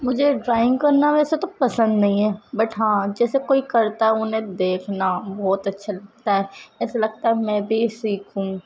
مجھے ڈرائنگ کرنا ویسے تو پسند نہیں ہے بٹ ہاں جیسے کوئی کرتا ہو انہیں دیکھنا بہت اچّھا لگتا ہے ایسا لگتا ہے میں بھی سیکھوں